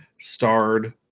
starred